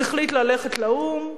הוא החליט ללכת לאו"ם,